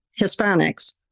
Hispanics